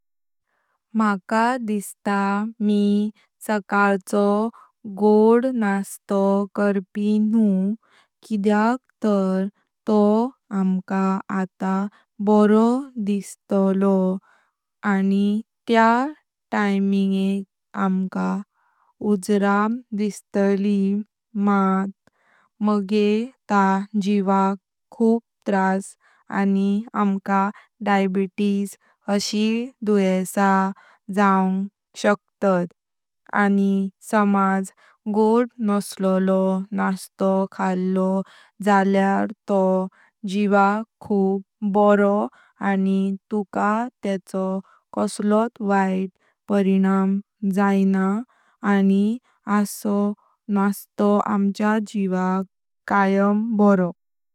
म्हाका दिस्ता मी सकाळचो गूड नस्तो करपी नहूं किद्याक तार तोह आमका आता बारो दिस्तलो आनी त्यां टाइमेक आमका उर्झा दिस्तली मात मगे ता जीवाक खूप त्रास आनी आमका डायबिटीज आशी दुयस्ता जाव शकता। आनी समाज गूड नसलोलो नस्तो खल्लो जल्या तोह जीवाक खूप बारो आनी तुका तेचो कस्लोत वैत परिणाम जायना। आनी असलो नस्तों आमचा जीवाक कायम बारो।